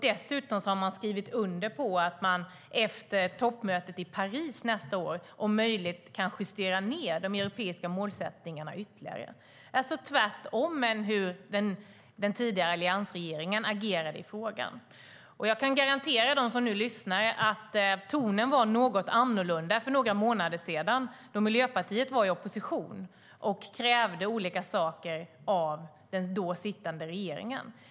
Dessutom har man skrivit under på att man efter toppmötet i Paris nästa år om möjligt kan justera ned de europeiska målsättningarna ytterligare. Det står i rak motsättning till hur den tidigare alliansregeringen agerade i frågan. Jag kan garantera dem som nu lyssnar att tonen var något annorlunda för några månader sedan, då Miljöpartiet var i opposition och krävde olika saker av den då sittande regeringen.